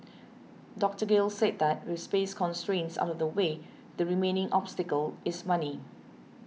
Doctor Gill said that with space constraints out of the way the remaining obstacle is money